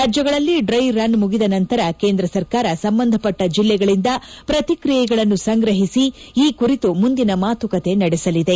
ರಾಜ್ಯಗಳಲ್ಲಿ dry run ಮುಗಿದ ನಂತರ ಕೇಂದ್ರ ಸರ್ಕಾರ ಸಂಬಂಧಪಟ್ಟ ಜಿಲ್ಲೆಗಳಿಂದ ಪ್ರಕ್ರಿಯೆಗಳನ್ನು ಸಂಗ್ರಹಿಸಿ ಆ ಕುರಿತು ಮುಂದಿನ ಮಾತುಕತೆ ನಡೆಸಲಿದೆ